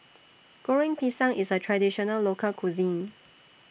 Goreng Pisang IS A Traditional Local Cuisine